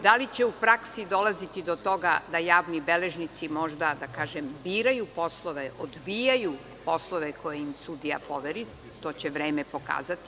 Da li će u praksi dolaziti do toga da javni beležnici možda biraju poslove, odbijaju poslove koje im sudija poveri, to će vreme pokazati.